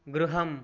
गृहम्